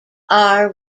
are